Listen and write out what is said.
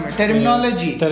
terminology